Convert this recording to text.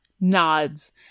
nods